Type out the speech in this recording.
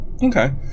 Okay